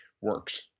works